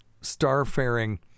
star-faring